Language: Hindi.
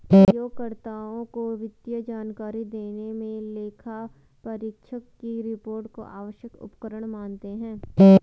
उपयोगकर्ताओं को वित्तीय जानकारी देने मे लेखापरीक्षक की रिपोर्ट को आवश्यक उपकरण मानते हैं